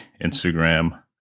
Instagram